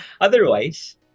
otherwise